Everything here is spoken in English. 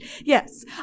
Yes